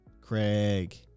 Craig